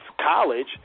college